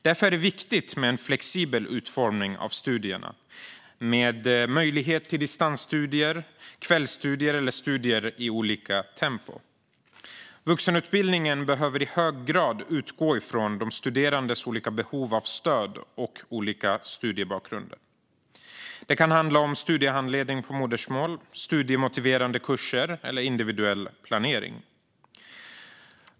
Därför är det viktigt med en flexibel utformning av studierna med möjlighet till distansstudier, kvällsstudier eller studier i olika tempo. Vuxenutbildningen behöver i hög grad utgå från de studerandes olika behov av stöd och olika studiebakgrund. Det kan handla om studiehandledning på modersmål, studiemotiverande kurser eller individuell planering.